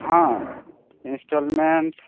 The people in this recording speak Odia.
ହଁ ଇନଷ୍ଟଲ୍ମେଣ୍ଟ